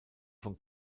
von